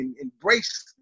embrace